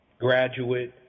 graduate